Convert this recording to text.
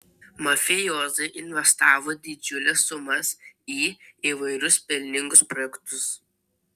mafijozai investavo didžiules sumas į įvairius pelningus projektus